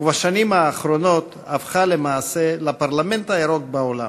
ובשנים האחרונות הפכה למעשה לפרלמנט הירוק בעולם.